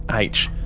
h.